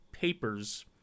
papers